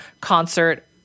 concert